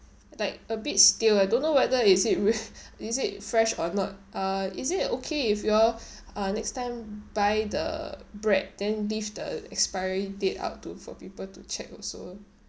like a bit stale I don't know whether is it re~ is it fresh or not uh is it okay if you all uh next time buy the bread then leave the expiry date out to for people to check also